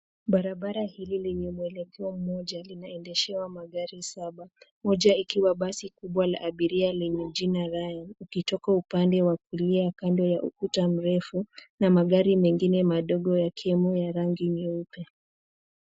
Barabara hili lenye mwelekeo mmoja linaendeshewa magari saba. Moja ikiwa basi kubwa la abiria lenye jina Rayan ikitoka upande wa kulia kando ya ukuta mrefu na magari mengine madogo yakiwemo ya rangi nyeupe.